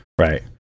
right